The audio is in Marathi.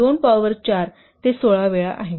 2 पॉवर 4 ते 16 वेळा आहे